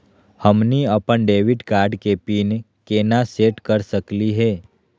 हमनी अपन debit card के पीन केना सेट कर सकली हे?